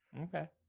Okay